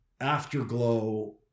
afterglow